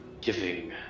giving